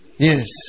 Yes